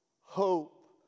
hope